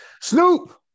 Snoop